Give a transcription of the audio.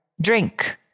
Drink